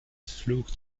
flog